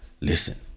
Listen